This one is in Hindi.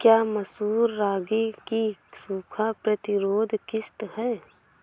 क्या मसूर रागी की सूखा प्रतिरोध किश्त है?